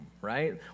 right